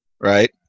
right